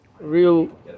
real